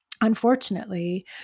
unfortunately